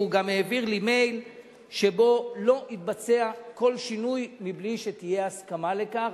והוא גם העביר לי מייל שלפיו לא יתבצע שום שינוי בלי שתהיה הסכמה לכך,